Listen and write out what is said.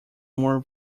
more